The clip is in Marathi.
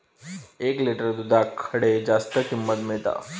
एक लिटर दूधाक खडे जास्त किंमत मिळात?